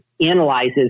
analyzes